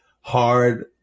hard